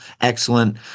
excellent